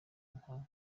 nka